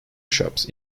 shops